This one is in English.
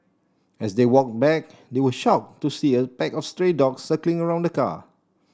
as they walked back they were shocked to see a pack of stray dogs circling around the car